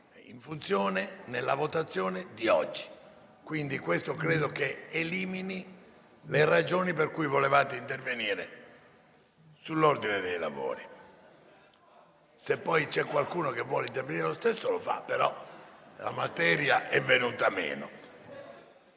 in funzione della votazione di oggi. Questo credo che elimini le ragioni per cui volevate intervenire sull'ordine dei lavori. Se poi c'è qualcuno che vuole intervenire lo stesso può farlo, ma la materia è venuta meno.